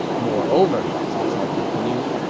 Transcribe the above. moreover, cao cao continued,